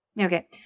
Okay